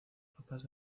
papas